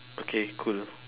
okay cool